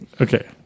Okay